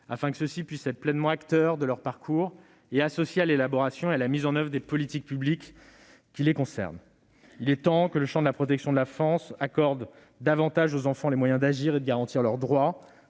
afin que ceux-ci puissent être pleinement acteurs de leur parcours et être associés à l'élaboration et à la mise en oeuvre des politiques publiques qui les concernent. Il est temps que le champ de la protection de l'enfance accorde davantage aux enfants les moyens d'agir et de garantir leurs droits.